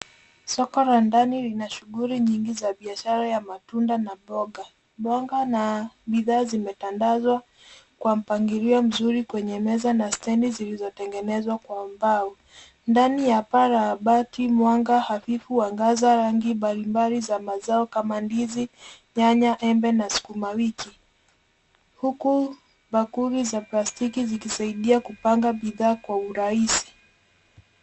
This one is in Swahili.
Soko la ndani lina shughuli nyingi za biashara ya matunda na mboga. Mboga na bidhaa zimetandazwa kwa mpangilio mzuri kwenye meza na stendi zilizotengenezwa kwa mbao. Ndani ya paa la bati mwanga hafifu huangaza rangi mbalimbali za mazao kama ndizi, nyanya, embe na sukuma wiki huku bakuli za plastiki zikisaidia kupanga bidhaa kwa urahisi.